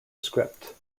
script